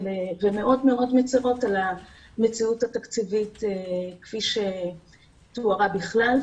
ומאוד מאוד מצרות על המציאות התקציבית כפי שתוארה בכלל,